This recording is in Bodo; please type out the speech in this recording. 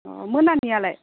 अ मोनानियालाय